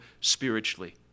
spiritually